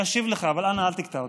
אני אשיב לך, אבל אנא, אל תקטע אותי.